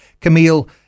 Camille